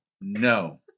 No